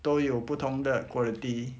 都有不同的 quality